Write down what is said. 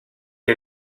que